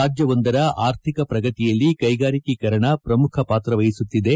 ರಾಜ್ವವೊಂದರ ಆರ್ಥಿಕ ಪ್ರಗತಿಯಲ್ಲಿ ಕೈಗಾರಿಕೀಕರಣ ಪ್ರಮುಖ ಪಾತ್ರ ವಹಿಸುತ್ತಿದೆ